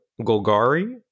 Golgari